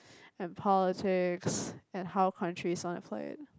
and politics and how countries wanna play it